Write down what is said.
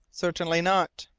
certainly not.